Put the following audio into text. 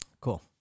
Cool